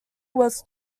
was